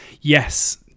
yes